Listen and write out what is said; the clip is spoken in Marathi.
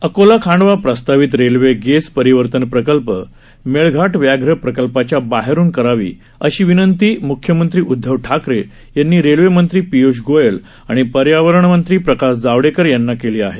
अकोला खांडवा प्रस्तावित रेल्वे गेज परिवर्तन मेळघाट व्याघ प्रकल्पाच्या बाहेरुन करावी अशी विनंती मुख्यमंत्री उदधव ठाकरे यांनी रेल्वे मंत्री पियूष गोयल आणि पर्यावरण मंत्री प्रकाश जावडेकर यांना केली आहे